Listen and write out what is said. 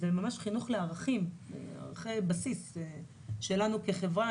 ממש חינוך לערכים, ערכי בסיס שלנו כחברה.